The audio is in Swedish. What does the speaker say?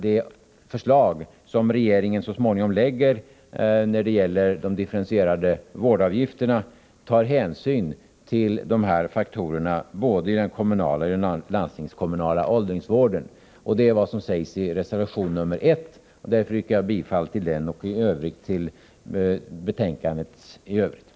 Det förslag regeringen så småningom lägger fram när det gäller de differentierade vårdavgifterna bör ta hänsyn till dessa faktorer både i den kommunala och i den landstingskommunala åldringsvården. Detta är vad som sägs i reservation 1, och därför jag yrkar bifall till denna reservation och i övrigt till utskottets hemställan.